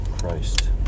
Christ